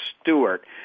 Stewart